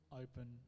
open